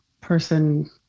person